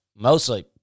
Mostly